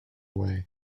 way